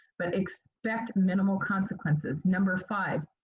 but expect minimal consequences. number five,